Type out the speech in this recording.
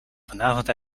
vanavond